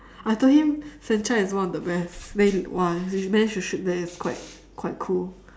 I told him franchise is one of the best then !wah! his bench you should there quite quite cool